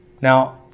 Now